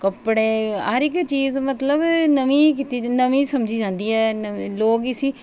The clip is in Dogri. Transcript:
कपड़े हर इक चीज मतलब नमीं गै कीती नमीं समझी जांदी ऐ लोक इसी